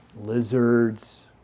lizards